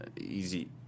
easy